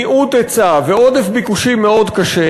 מיעוט היצע ועודף ביקושים מאוד קשה,